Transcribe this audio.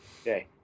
Okay